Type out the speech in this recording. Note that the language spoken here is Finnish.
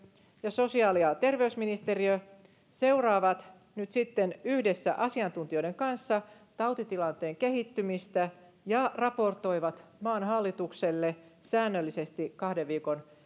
ja sosiaali ja terveysministeriö seuraavat nyt sitten yhdessä asiantuntijoiden kanssa tautitilanteen kehittymistä ja raportoivat maan hallitukselle säännöllisesti kahden viikon